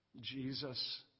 Jesus